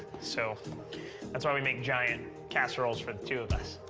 so that's why we make giant casseroles for.